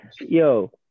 yo